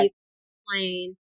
explain